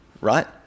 right